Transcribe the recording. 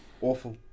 awful